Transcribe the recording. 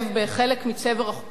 בחלק מצבר החוקים האלה,